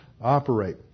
operate